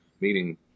meeting